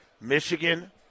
Michigan